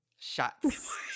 Shots